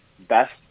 Best